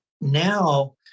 now